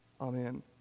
Amen